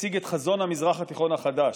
והציג את חזון המזרח התיכון החדש.